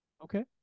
Okay